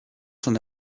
son